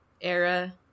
era